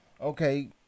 okay